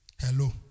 Hello